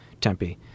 Tempe